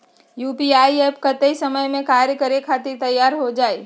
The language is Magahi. यू.पी.आई एप्प कतेइक समय मे कार्य करे खातीर तैयार हो जाई?